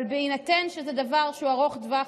אבל בהינתן שזהו דבר ארוך טווח,